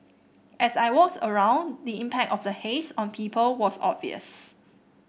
as I walked around the impact of the haze on people was obvious